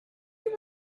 you